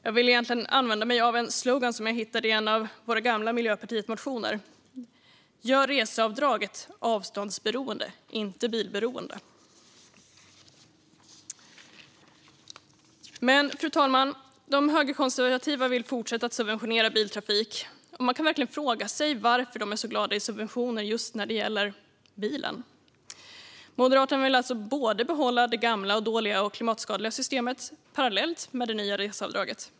Jag vill egentligen använda mig av en slogan som jag hittade i en av Miljöpartiets gamla motioner: Gör reseavdraget avståndsberoende, inte bilberoende! Men, fru talman, de högerkonservativa vill fortsätta att subventionera biltrafik, och man kan verkligen fråga sig varför de är så glada i subventioner just när det gäller bilen. Moderaterna vill alltså behålla det gamla, dåliga och klimatskadliga systemet parallellt med det nya reseavdraget.